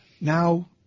Now